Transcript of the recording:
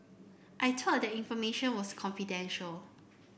I thought that information was confidential